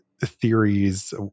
theories